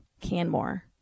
Canmore